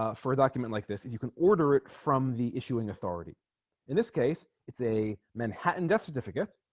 ah for a document like this is you can order it from the issuing authority in this case it's a manhattan death certificate